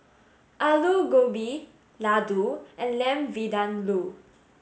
Alu Gobi Ladoo and Lamb Vindaloo